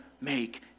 make